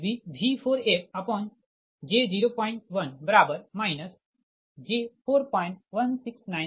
इसका मतलब I24V2f V4fj01 j4169 pu